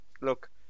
look